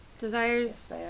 Desires